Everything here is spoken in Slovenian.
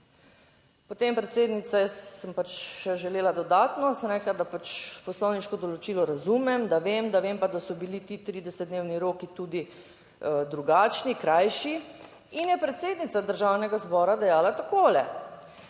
Potem, predsednica, jaz sem pač še želela dodatno, sem rekla, da pač poslovniško določilo razumem, da vem, da vem pa da so bili ti 30 dnevni roki tudi drugačni, krajši in je predsednica Državnega zbora dejala takole: